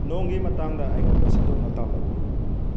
ꯅꯣꯡꯒꯤ ꯃꯇꯥꯡꯗ ꯑꯩꯉꯣꯟꯗ ꯁꯟꯗꯣꯛꯅ ꯇꯥꯛꯂꯛꯎ